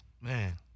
Man